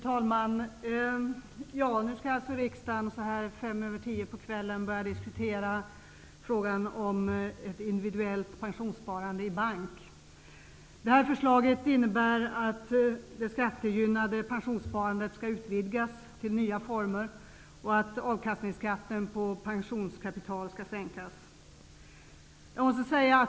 Fru talman! Riksdagen skall nu, kl. 22.05, börja diskutera frågan om ett individuellt pensionssparande i bank. Förslaget innebär att det skattegynnade pensionssparandet utvidgas till att omfatta nya former och att avkastningsskatten på pensionskapital sänks.